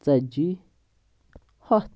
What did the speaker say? ژتجی ہَتھ